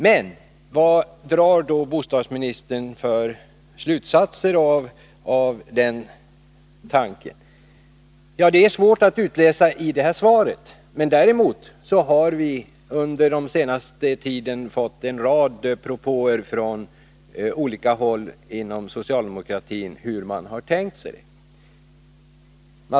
Men vad drar då bostadsministern för slutsatser av den tanken? Det är svårt att utläsa i detta svar. Däremot har vi under den senaste tiden fått en rad propåer från olika håll inom socialdemokratin om hur man har tänkt sig detta.